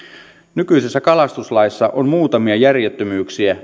nykyisessä kalastuslaissa on muutamia järjettömyyksiä